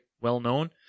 well-known